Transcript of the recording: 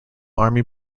army